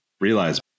realize